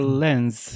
lens